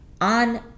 on